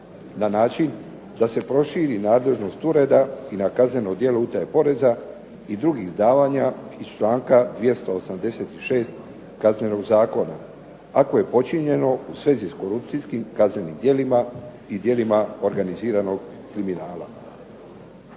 na način da se proširi nadležnost ureda i na kazneno djelo utaje poreza i drugih davanja iz članka 286. Kaznenog zakona, ako je počinjeno u svezi s korupcijskim kaznenim djelima i djelima organiziranog kriminala.